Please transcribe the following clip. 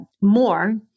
more